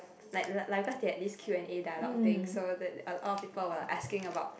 like like like because they had this Q and A dialogue thing so the a lot of people were asking about